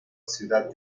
ciudad